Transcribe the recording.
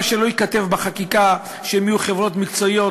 כמה שלא ייכתב בחקיקה שהן יהיו חברות מקצועיות,